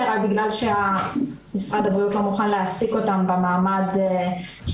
רק בגלל שמשרד הבריאות לא מוכן להעסיק אותם במעמד שלהם.